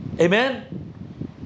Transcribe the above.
Amen